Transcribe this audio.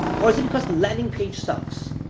or is it because the landing page sucks?